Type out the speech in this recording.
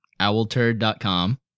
Owlturd.com